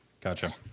Gotcha